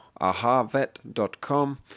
ahavet.com